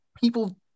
people